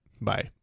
Bye